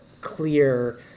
clear